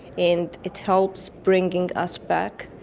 and it helps bringing us back.